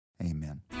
amen